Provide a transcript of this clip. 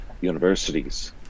universities